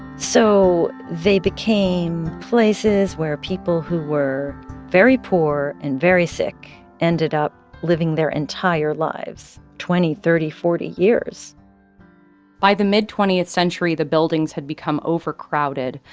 so they became places where people who were very poor and very sick ended up living their entire lives twenty, thirty, forty years by the mid twentieth century, the buildings had become overcrowded,